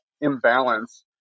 imbalance